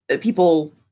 people